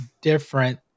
different